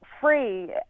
free